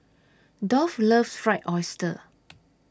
Dolph loves Fried Oyster